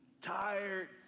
tired